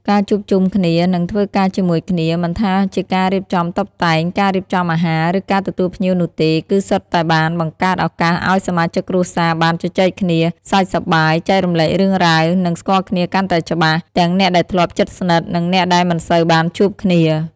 ការជួបជុំគ្នា និងធ្វើការជាមួយគ្នា មិនថាជាការរៀបចំតុបតែង ការរៀបចំអាហារ ឬការទទួលភ្ញៀវនោះទេ គឺសុទ្ធតែបានបង្កើតឱកាសឱ្យសមាជិកគ្រួសារបាន ជជែកគ្នា សើចសប្បាយ ចែករំលែករឿងរ៉ាវ និង ស្គាល់គ្នាកាន់តែច្បាស់ ទាំងអ្នកដែលធ្លាប់ជិតស្និទ្ធ និងអ្នកដែលមិនសូវបានជួបគ្នា។